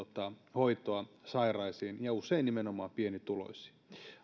hoitoa sairaisiin ja usein nimenomaan pienituloisiin